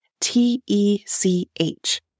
T-E-C-H